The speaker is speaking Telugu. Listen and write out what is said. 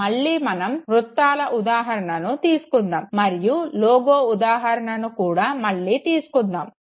మళ్ళీ మనం వృత్తాల ఉదాహరణను తీసుకుందాము మరియు లోగో ఉదాహరణను కూడా మళ్ళీ తీసుకుందాము